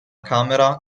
camera